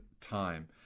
time